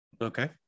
Okay